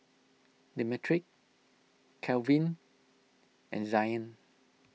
Demetric Kalvin and Zion